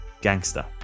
gangster